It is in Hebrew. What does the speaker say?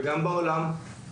וגם בעולם.